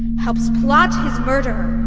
helps plot his murder.